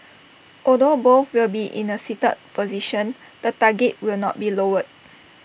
although both will be in A seated position the target will not be lowered